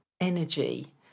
energy